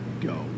go